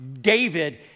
David